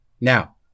Now